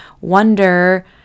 Wonder